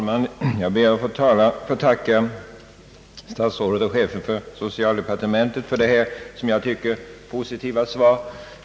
Herr talman! Jag ber att få tacka statsrådet och chefen för socialdepartementet för hans, som jag tycker, positiva svar.